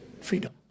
freedom